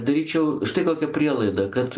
daryčiau štai kokią prielaidą kad